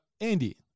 Andy